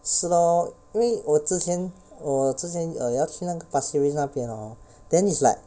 是 lor 因为我之前我之前 err 要去那个 pasir ris 那边 hor then is like